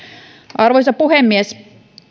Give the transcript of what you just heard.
arvoisa puhemies